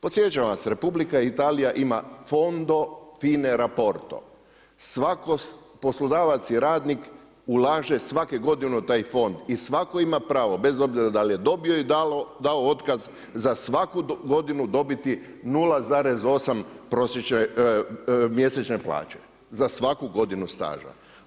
Podsjećam vas, Republika Italija ima fondo fine rapporto, svatko, poslodavac i radnik ulaže svake godine u taj fond i svatko ima pravo bez obzira da li je dobio ili dao otkaz za svaku godinu dobiti 0,8 prosječne, mjesečne plaće, za svaku godinu staža.